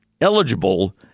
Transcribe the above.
eligible